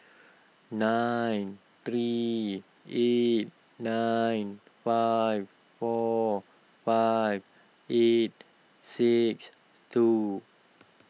nine three eight nine five four five eight six two